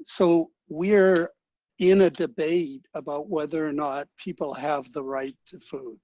so we're in a debate about whether or not people have the right to food.